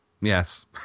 Yes